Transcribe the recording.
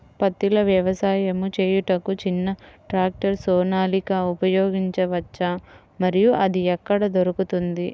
పత్తిలో వ్యవసాయము చేయుటకు చిన్న ట్రాక్టర్ సోనాలిక ఉపయోగించవచ్చా మరియు అది ఎక్కడ దొరుకుతుంది?